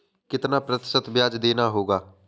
कितना प्रतिशत ब्याज देना होगा?